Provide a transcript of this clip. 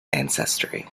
ancestry